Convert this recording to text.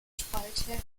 spalte